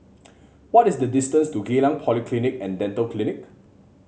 what is the distance to Geylang Polyclinic and Dental Clinic